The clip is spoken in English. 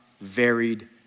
varied